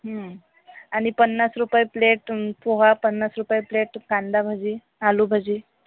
आणि पन्नास रुपये प्लेट पोहा पन्नास रुपये प्लेट कांदा भजी आलू भजी